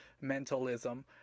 mentalism